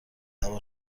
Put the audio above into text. سوار